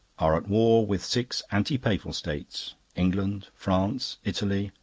are at war with six anti-papal states england, france, italy,